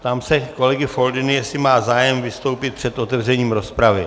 Ptám se kolegy Foldyny, jestli má zájem vystoupit před otevřením rozpravy.